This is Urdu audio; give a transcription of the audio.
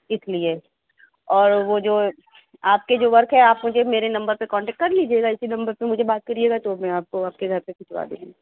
اِس لیے اور وہ جو آپ کے جو ورک ہے آپ مجھے میرے نمبر پہ کانٹکٹ کر لیجیے گا اِسی نمبر پہ مجھے بات کریے گا تو میں آپ کو آپ کے گھر پہ بھجوا دوں گی